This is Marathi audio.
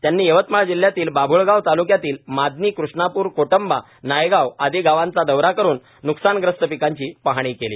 त्यांनी यवतमाळ जिल्ह्यातील बाभुळगाव तालुक्यातील मादणी कृष्णापूर कोटंबा नायगाव आदी गावांचा दौरा करून नुकसानग्रस्त पिकांची पाहणी केली